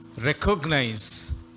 recognize